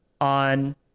on